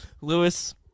Lewis